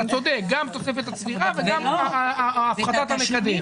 אתה צודק, גם תוספת הצבירה וגם הפחתת המקדם.